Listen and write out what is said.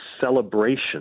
celebration